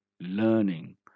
learning